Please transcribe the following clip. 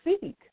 seek